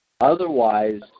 Otherwise